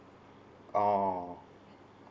oh